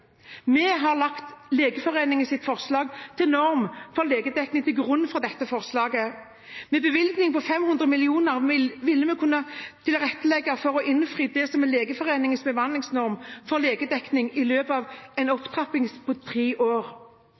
Vi har lagt Legeforeningens forslag til norm for legedekning til grunn for forslaget. Med bevilgningen på 500 mill. kr ville vi kunne tilrettelegge for å innfri Legeforeningens bemanningsnorm for legedekning ved en opptrapping på tre år.